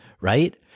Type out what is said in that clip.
right